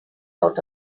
out